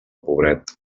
pobret